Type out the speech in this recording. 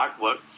artwork